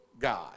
God